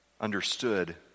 understood